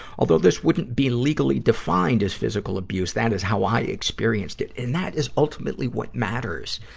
although this wouldn't be legally defined as physical abuse, that is how i experienced it. and that is ultimately what matters,